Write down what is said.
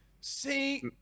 See